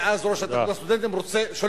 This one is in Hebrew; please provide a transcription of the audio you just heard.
ואז יושב-ראש התאחדות הסטודנטים שולח